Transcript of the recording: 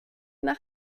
nach